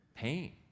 Pain